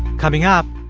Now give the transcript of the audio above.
coming up,